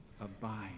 abide